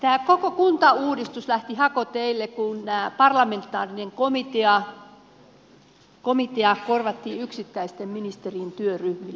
tämä koko kuntauudistus lähti hakoteille kun parlamentaarinen komitea korvattiin yksittäisten ministerien työryhmillä